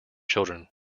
children